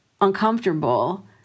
uncomfortable